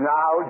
Now